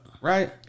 Right